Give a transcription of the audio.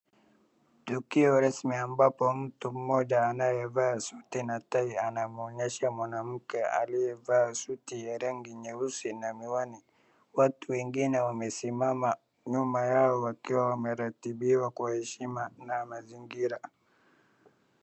Tukio rasmi ambapo mtu mmoja anayevaa suti na tai anamwonyesha mwanamke aliyevaa suti ya rangi nyeusi na miwani. Watu wengine wamesimama nyuma yao wakiwa wameratibiwa kwa heshima na mazingira.